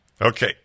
Okay